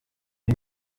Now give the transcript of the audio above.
iyo